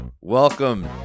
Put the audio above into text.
Welcome